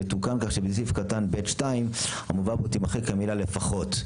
יתוקן כך שבסעיף קטן (ב)(2) תימחק בו המילה 'לפחות'.